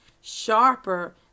sharper